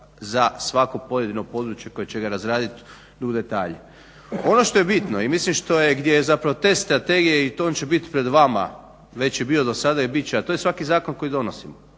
za svako pojedino područje koje će ga razradit do u detalje. Ono što je bitno i gdje je zapravo tekst strategije i on će bit pred vama, već je bio do sada i bit će, a to je svaki zakon koji donosimo.